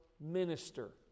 minister